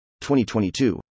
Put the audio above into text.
2022